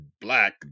black